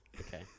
Okay